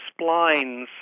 splines